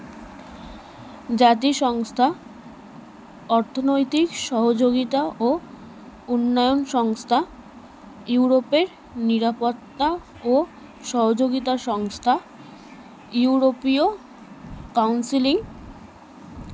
জাতি সংস্থা অর্থনৈতিক সহযোগিতা ও উন্নয়ন সংস্থা ইউরোপে নিরাপত্তা ও সহযোগিতা সংস্থা ইউরোপীয় কাউন্সিলিং